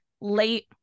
late